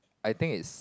I think is